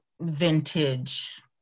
vintage